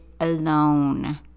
alone